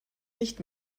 nicht